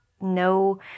no